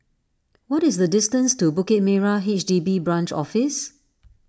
what is the distance to Bukit Merah H D B Branch Office